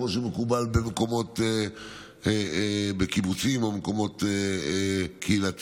כמו שמקובל בקיבוצים או במקומות קהילתיים.